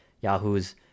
Yahoo's